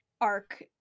arc